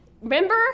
Remember